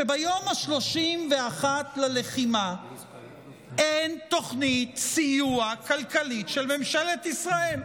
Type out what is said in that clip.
כשביום ה-31 ללחימה אין תוכנית סיוע כלכלית של ממשלת ישראל?